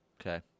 Okay